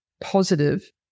positive